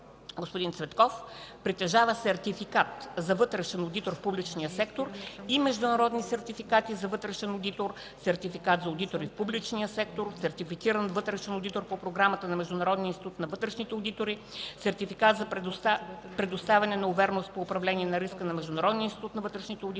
Господин Цветков притежава сертификат за вътрешен одитор в публичния сектор и международни сертификати за вътрешен одитор, сертификат за одитор в публичния сектор, сертифициран вътрешен одитор е по Програмата на Международния институт на вътрешните одитори, сертификат за предоставяне на увереност по управление на риска на Международния институт на вътрешните одитори